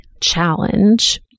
challenge